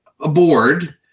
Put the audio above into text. aboard